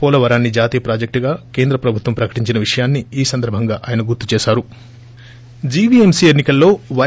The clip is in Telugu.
పోలవరాన్ని ్ జాతీయ ప్రాజెక్టుగా కేంద్ర ప్రభుత్వం ప్రకటించిన విషయాన్ని ఈ సందర్భంగా ఆయన గుర జీవీఎంసీ ఎన్నికల్లో వై